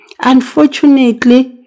unfortunately